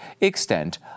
extent